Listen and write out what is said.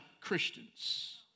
Christians